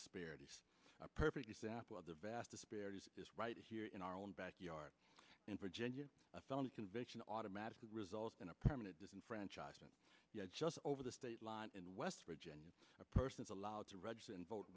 disparity a perfect example of the vast disparities right here in our own backyard in virginia a felony conviction automatically resulted in a permanent disenfranchisement just over the state line in west virginia a person is allowed to register and vote